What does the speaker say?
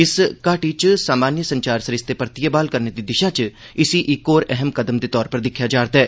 इसी घाटी च सामान्य संचार सरिस्ते परतियै ब्हाल करने दी दिशा च इक होर अहम कदम दे तौर पर दिक्खेआ जा'रदा ऐ